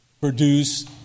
produce